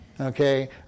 okay